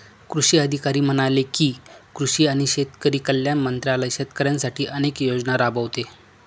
कृषी अधिकारी म्हणाले की, कृषी आणि शेतकरी कल्याण मंत्रालय शेतकऱ्यांसाठी अनेक योजना राबवते